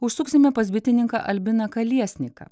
užsuksime pas bitininką albiną kaliesniką